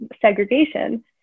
segregation